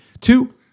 Two